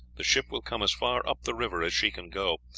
the ship will come as far up the river as she can go,